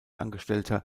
angestellter